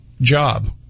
job